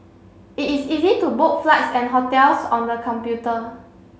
it is easy to book flights and hotels on the computer